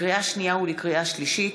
לקריאה שנייה ולקריאה שלישית,